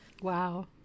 Wow